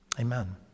Amen